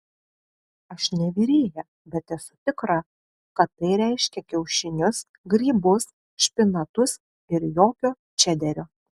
aš ne virėja bet esu tikra kad tai reiškia kiaušinius grybus špinatus ir jokio čederio